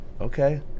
okay